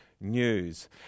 news